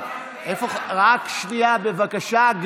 רק שנייה, בבקשה.